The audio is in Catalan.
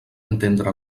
entendre